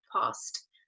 past